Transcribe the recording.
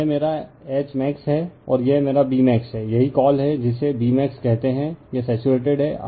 तो यह मेरा Hmax है और यह मेरा Bmax है यही कॉल है जिसे Bmax कहते हैं यह सैचुरेटेड है